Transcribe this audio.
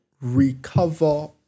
recover